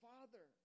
Father